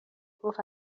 گفت